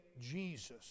Jesus